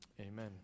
Amen